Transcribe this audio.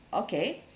okay